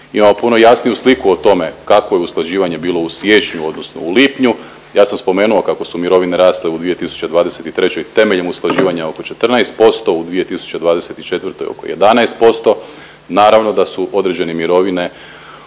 imamo puno jasniju sliku o tome kakvo je usklađivanje bilo u siječnju, odnosno u lipnju. Ja sam spomenuo kako su mirovine rasle u 2023. temeljem usklađivanja oko 14%, u 2024. oko 11%. Naravno da su određene mirovine